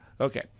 Okay